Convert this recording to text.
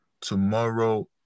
tomorrow